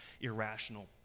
irrational